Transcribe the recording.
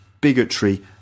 bigotry